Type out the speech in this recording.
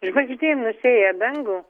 žvaigždėm nusėja dangų